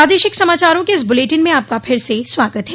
प्रादेशिक समाचारों के इस बुलेटिन में आपका फिर से स्वागत है